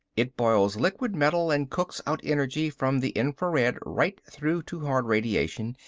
it boils liquid metal and cooks out energy from the infrared right through to hard radiation.